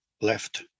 left